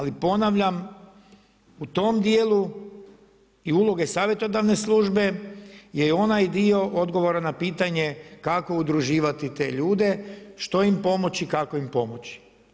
Ali ponavljam u tom dijelu i uloge savjetodavne službe je onaj dio odgovora na pitanje kako udruživati te ljude, što im pomoći i kako im pomoći.